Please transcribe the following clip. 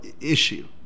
issue